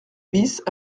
bis